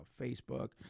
Facebook